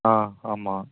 ஆ ஆமாம்